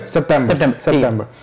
September